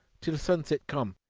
till sunset come,